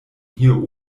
hier